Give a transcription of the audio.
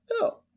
no